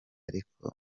ariko